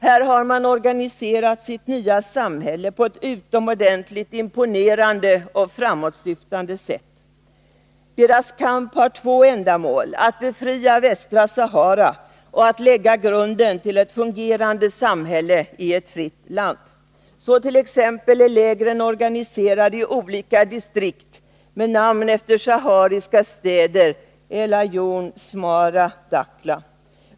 Här har man organiserat sitt nya samhälle, på ett utomordentligt imponerande och framsynt sätt. Deras kamp har två ändamål — att befria Västra Sahara och att lägga grunden till ett fungerande samhälle i ett fritt land. Så är t.ex. lägren organiserade i olika distrikt med namn efter sahariska städer, El Aaiän, Smara och Dakhla.